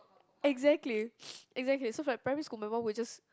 exactly exactly so for like primary school my mum would just